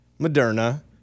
Moderna